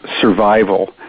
survival